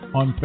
on